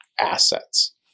assets